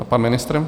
A pan ministr?